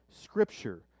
scripture